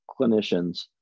clinicians